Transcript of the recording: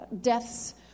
deaths